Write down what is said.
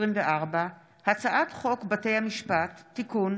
פ/403/24 וכלה בהצעת חוק פ/744/24: הצעת חוק בתי המשפט (תיקון,